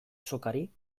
sokari